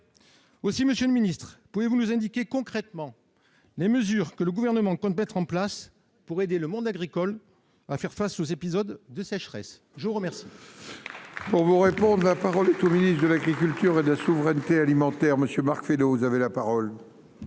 Aussi, monsieur le ministre, pouvez-vous nous indiquer concrètement quelles mesures le Gouvernement compte mettre en place pour aider le monde agricole à faire face aux épisodes de sécheresse ? La parole